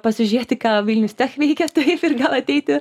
pasižiūrėti ką vilnius tech veikia taip ir gal ateiti